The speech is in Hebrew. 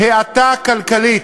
האטה כלכלית.